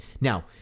Now